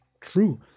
true